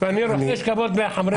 ואני רוחש כבוד לחברי הכנסת.